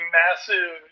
massive